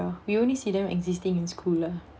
we only see them existing in school lah